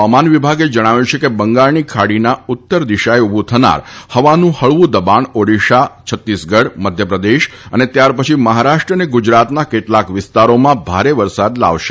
હવામાન વિભાગે જણાવ્યું છે કે બંગાળની ખાડીમાં ઉત્તર દિશાએ ઉભુ થનાર હવાનું હળવું દબાણ ઓડિશા છત્તીસગઢ મધ્યપ્રદેશ અને ત્યારપછી મહારાષ્ટ્ર અને ગુજરાતના કેટલાક વિસ્તારોમાં ભારે વરસાદ લાવશે